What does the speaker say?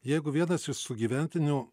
jeigu vienas iš sugyventinių